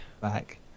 Back